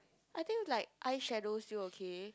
I think if like eyeshadow still okay